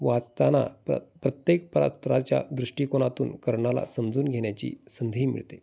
वाचताना प्र प्रत्येक पात्राच्या दृष्टिकोनाणातून कर्णाला समजून घेण्याची संधी मिळते